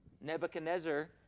Nebuchadnezzar